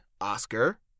Oscar